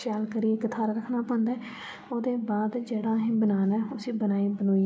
शैल करियै इक थाह्रै रक्खना पौंदा ऐ ओह्दे बाद जेह्ड़ा अहें बनाना ऐ उसी बनाई बुनेइयै